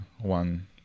one